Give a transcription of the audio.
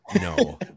No